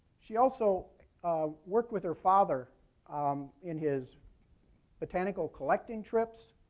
she also worked with her father um in his botanical collecting trips.